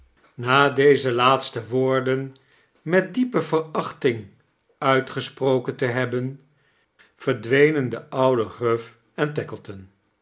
na deze laatste woorden met diepe verachting uitgesproken te hebben verdween de oude gruff en tuckleton